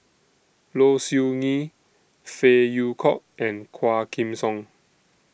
Low Siew Nghee Phey Yew Kok and Quah Kim Song